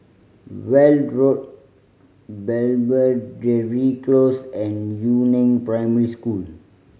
Weld Road Belvedere Close and Yu Neng Primary School